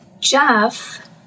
Jeff